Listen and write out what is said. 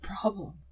problem